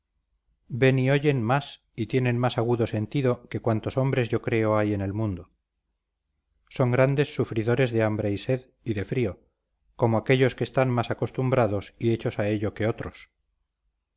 y oyen más y tienen más agudo sentido que cuantos hombres yo creo hay en el mundo son grandes sufridores de hambre y sed y de frío como aquellos que están más acostumbrados y hechos a ello que otros